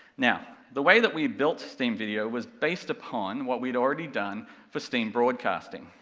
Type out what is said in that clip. now, the way that we built steam video was based upon what we'd already done for steam broadcasting,